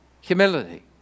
humility